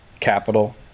capital